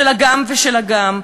של הגם ושל הגם.